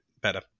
better